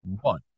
one